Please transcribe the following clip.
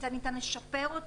ואם צריך, היכן ניתן לשפר אותן.